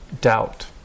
doubt